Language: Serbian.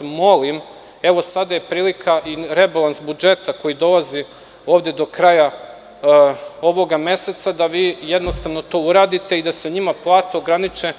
Molim vas, evo sada je prilika i rebalans budžeta koji dolazi ovde do kraja ovog meseca, da vi jednostavno to uradite i da se njima plate ograniče